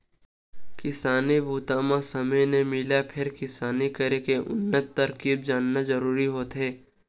किसानी बूता म समे नइ मिलय फेर किसानी करे के उन्नत तरकीब जानना जरूरी होथे